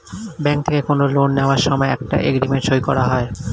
bank থেকে কোনো loan নেওয়ার সময় একটা এগ্রিমেন্ট সই করা হয়